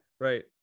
Right